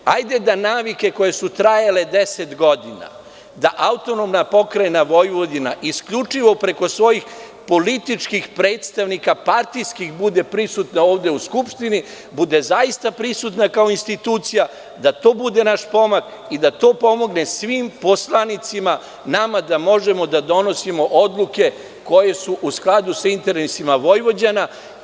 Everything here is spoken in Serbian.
Hajde da navike koje su trajale 10 godina da AP Vojvodina isključivo preko svojih političkih predstavnika, partijskih, bude prisutna ovde u Skupštini, bude zaista prisutna kao institucija, da to bude naš pomak i da to pomogne svim poslanicima da možemo da donosimo odluke koje su u skladu sa interesima Vojvođana.